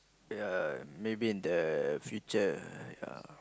ya maybe in the future ya